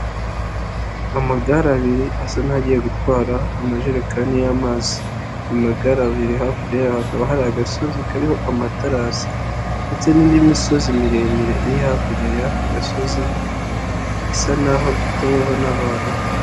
Amagare abiri asa n'agiye gutwara amajerekani y'amazi, amagare abiri hakurya yaho hakaba hari agasozi kariho amatarasi ndetse n'indi misozi miremire iri hakurya y'ako gasozi isa naho ituweho n'abantu.